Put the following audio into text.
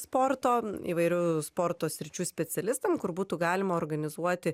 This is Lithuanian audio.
sporto įvairių sporto sričių specialistam kur būtų galima organizuoti